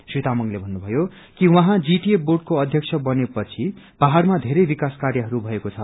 श्री तामाङले भन्नुभयो जीटीए बोर्डके अध्यक्ष बने पछि पहाड़मा बेरै विकास कार्यहरू भएको छ